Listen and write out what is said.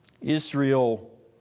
Israel